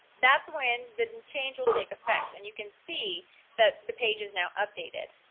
that's when the and change will take effect and you can see that the page's now updated.